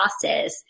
process